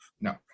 No